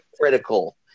critical